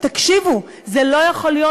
תקשיבו, זה לא יכול להיות.